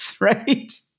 Right